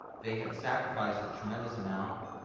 they had sacrificed a tremendous amount.